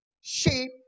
sheep